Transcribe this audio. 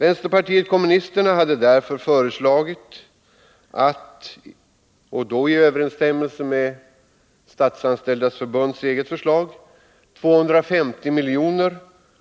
Vänsterpartiet kommunisterna har därför, i överensstämmelse med Statsanställdas förbunds eget förslag, begärt att 250 miljoner